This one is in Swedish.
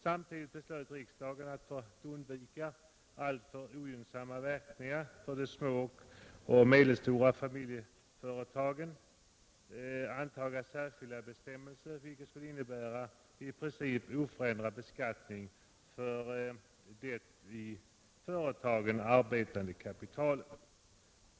Samtidigt beslöt riksdagen, för att undvika alltför ogynnsamma verkningar för de små och medelstora familjeföretagen, att antaga särskilda bestämmelser vilka skulle innebära i princip oförändrad beskattning för det i företagen arbetande kapitalet.